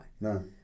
No